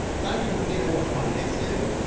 now you can continue and watch my next video.